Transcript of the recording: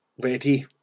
ready